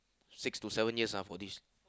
six to seven years ah for this